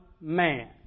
man